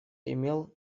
имел